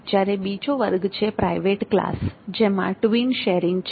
જ્યારે બીજો વર્ગ છે પ્રાઇવેટ ક્લાસ જેમાં ટ્વીન શેરિંગ છે